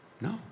no